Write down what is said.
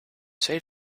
say